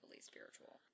spiritual